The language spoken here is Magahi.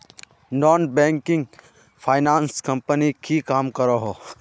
नॉन बैंकिंग फाइनांस कंपनी की काम करोहो?